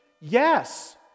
Yes